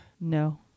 no